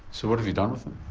so what have you done with them?